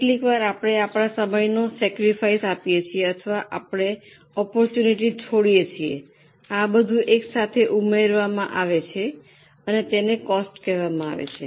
કેટલીકવાર આપણે આપણા સમયનો સેક્રિફાઈસ આપીએ છીએ અથવા આપણે ઓપ્પોર્ટુનિટી છોડીએ છીએ આ બધું એક સાથે ઉમેરવામાં આવે છે અને તેને કોસ્ટ કહેવામાં આવે છે